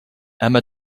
emma